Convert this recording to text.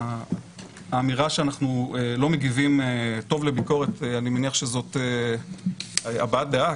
האמירה שאנחנו לא מגיבים טוב לביקורת אני מניח שזו הבעת דעה.